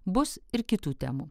bus ir kitų temų